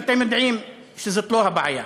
ואתם יודעים שזאת לא הבעיה.